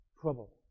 trouble